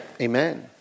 Amen